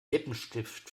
lippenstift